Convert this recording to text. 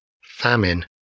Famine